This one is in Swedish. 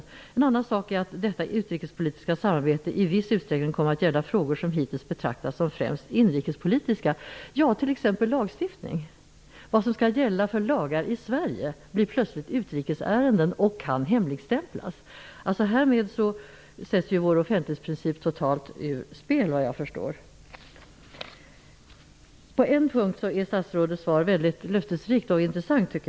Hon fortsätter: ''En annan sak är att det utrikespolitiska samarbetet i viss utsträckning kommer att gälla frågor som hittills betraktats som främst inrikespolitiska.'' Ja, det gäller t.ex. beträffande lagstiftning. Vad som skall gälla för lagar i Sverige blir plötsligt utrikesärenden och kan hemligstämplas. Härmed sätts såvitt jag förstår vår offentlighetsprincip totalt ur spel. På en punkt är statsrådets svar mycket löftesrikt och intressant.